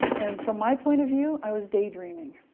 and from my point of view, i was daydreaming.